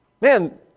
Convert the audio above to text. man